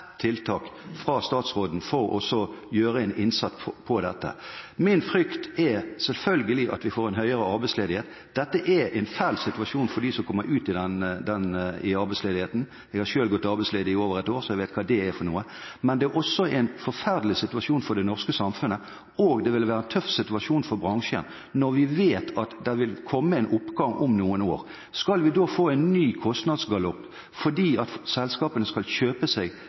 tiltak fra statsråden for å gjøre en innsats på dette området. Min frykt er selvfølgelig at vi får en høyere arbeidsledighet. Dette er en fæl situasjon for dem som kommer ut i arbeidsledighet – jeg har selv gått arbeidsledig i over ett år, så jeg vet hva det er. Det er også en forferdelig situasjon for det norske samfunnet, og det vil være en tøff situasjon for bransjen når vi vet at det vil komme en oppgang om noen år. Skal vi da få en ny kostnadsgalopp fordi selskapene skal kjøpe seg